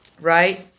right